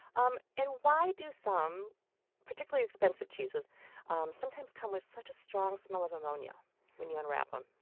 um and why do some particularly expensive cheeses um sometimes come with such a strong smell of ammonia when you unwrap them?